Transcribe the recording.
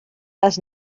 les